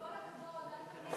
עם כל הכבוד, אל תכניס לי מלים לפה.